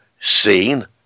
seen